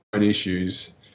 issues